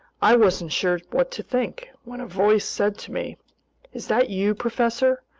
i wasn't sure what to think, when a voice said to me is that you, professor?